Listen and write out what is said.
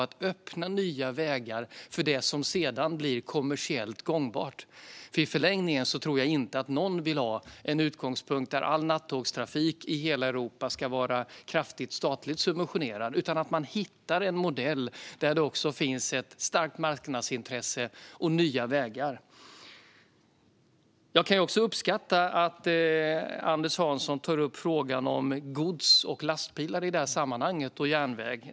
Man kan inte minst göra det genom att använda upphandling som instrument. I förlängningen tror jag inte att någon vill ha som utgångspunkt att all nattågstrafik i hela Europa ska vara kraftigt statligt subventionerad, utan man måste hitta en modell där det också finns ett starkt marknadsintresse och nya vägar. Jag kan också uppskatta att Anders Hansson tar upp frågan om gods, lastbilar och järnväg i det här sammanhanget.